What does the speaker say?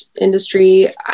industry